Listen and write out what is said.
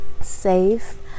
safe